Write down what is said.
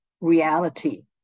reality